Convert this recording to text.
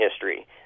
history